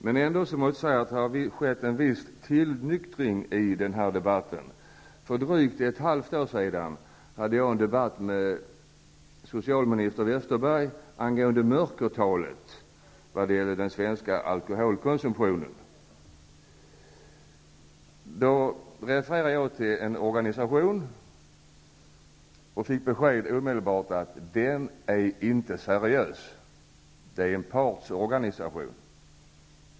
Det har ändå skett en viss tillnyktring i debatten. För drygt ett halvår sedan hade jag en debatt med socialminister Westerberg angående mörkertalet vad gäller den svenska alkoholkonsumtionen. Jag refererade då till en organisation, och jag fick omedelbart beskedet att den inte var seriös, utan att den var en partsorganisation.